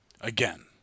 again